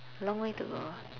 long way to go